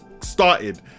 started